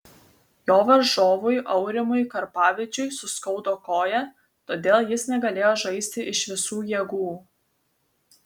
jo varžovui aurimui karpavičiui suskaudo koją todėl jis negalėjo žaisti iš visų jėgų